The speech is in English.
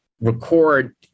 record